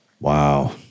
Wow